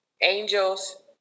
angels